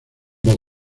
voz